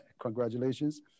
congratulations